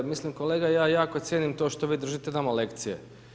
Mislim kolega, ja jako cijenim to što vi držite nama lekcije.